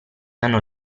hanno